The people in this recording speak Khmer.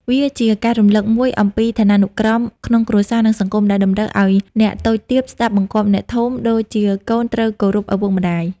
វាជាការរំលឹកមួយអំពីឋានានុក្រមក្នុងគ្រួសារ និងសង្គម ដែលតម្រូវឱ្យអ្នកតូចទាបស្តាប់បង្គាប់អ្នកធំ ដូចជាកូនត្រូវគោរពឪពុកម្តាយ។